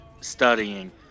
studying